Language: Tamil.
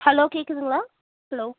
ஹலோ கேட்குதுங்ளா ஹலோ